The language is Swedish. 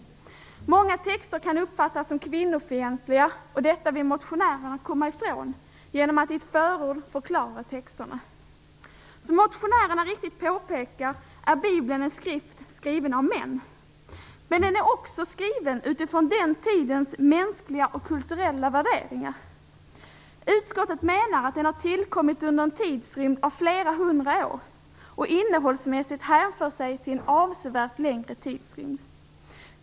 Många texter kan uppfattas som kvinnofientliga, och detta vill motionärerna komma ifrån genom att i ett förord förklara texterna. Som motionärerna så riktigt påpekar är Bibeln en skrift skriven av män. Men den är också skriven utifrån den tidens mänskliga och kulturella värderingar. Utskottet menar att den har tillkommit under en tidsrymd av flera hundra år, och innehållsmässigt hänför den sig till en avsevärt längre tidsrymd.